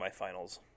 semifinals